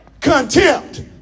contempt